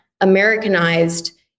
Americanized